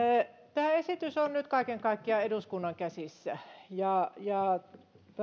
tämä esitys on nyt kaiken kaikkiaan eduskunnan käsissä ja ja minä